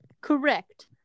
Correct